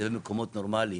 זה מקומות נורמליים.